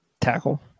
Tackle